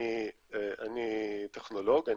אני טכנולוגי.